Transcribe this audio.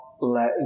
let